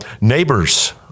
Neighbors